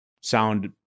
sound